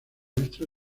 maestro